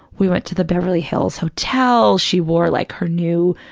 we went to the beverly hills hotel. she wore like her new,